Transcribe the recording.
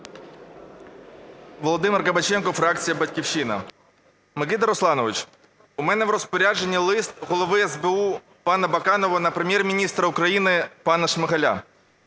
Володимир Кабаченко, фракція "Батьківщина". Микита Русланович, у мене в розпорядженні лист Голови СБУ пана Баканова на Прем'єр-міністра України пана Шмигаля.